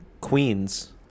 queens